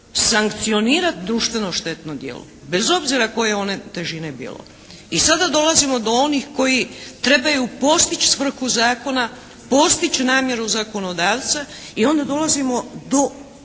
sankcionirati društveno štetno djelovanje bez obzira koje one težine bilo. I sada dolazimo do onih koji trebaju postići svrhu zakona. Postići namjeru zakonodavca. I onda dolazimo do